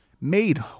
Made